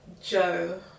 Joe